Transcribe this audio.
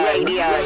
Radio